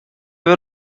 were